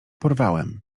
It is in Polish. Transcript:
porwałem